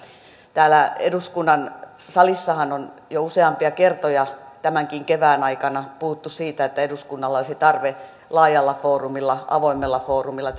täällä eduskunnan salissahan on jo useampia kertoja tämänkin kevään aikana puhuttu siitä että eduskunnalla olisi tarve laajalla foorumilla avoimella foorumilla